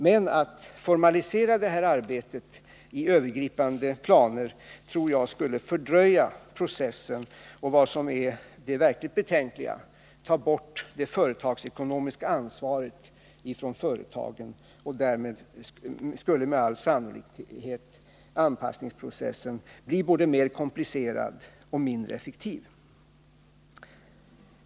Men att formalisera det här arbetet i övergripande planer tror jag skulle fördröja processen och — vad som är det verkligt betänkliga — ta bort det företagsekonomiska ansvaret från företagen. Därmed skulle med all sannolikhet anpassningsprocessen bli både mer komplicerad och mindre effektiv.